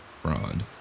fraud